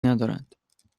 ندارند